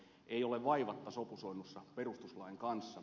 ei ole vaivatta sopusoinnussa perustuslain kanssa